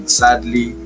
sadly